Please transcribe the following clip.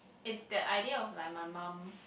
is that idea of like my mum